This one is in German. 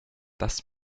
das